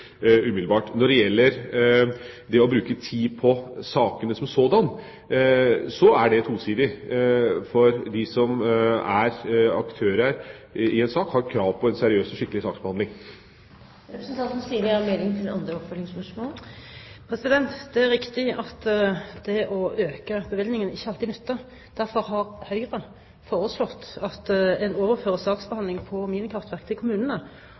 umiddelbart. Når det gjelder det å bruke tid på sakene som sådanne, er det tosidig. De som er aktører i en sak, har krav på en seriøs og skikkelig saksbehandling. Det er riktig at det å øke bevilgningen ikke alltid nytter, derfor har Høyre foreslått at en overfører saksbehandling for minikraftverk til kommunene.